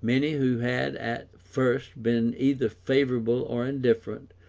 many who had at first been either favourable or indifferent,